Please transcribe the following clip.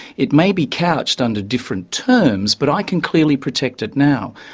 it may be couched under different terms, but i can clearly protect it now.